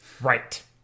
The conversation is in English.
Right